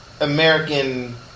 American